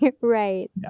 right